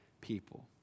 people